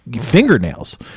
fingernails